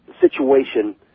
situation